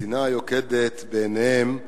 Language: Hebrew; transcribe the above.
השנאה היוקדת בעיניהם כבה,